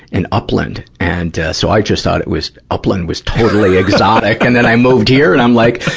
and upland. and, ah, so i just thought it was, upland was totally exotic. and then i moved here, and i'm like,